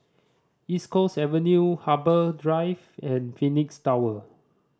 East Coast Avenue Harbour Drive and Phoenix Tower